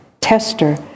tester